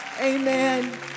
Amen